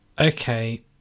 Okay